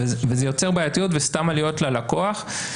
זה יוצר בעייתיות וסתם עלויות ללקוח.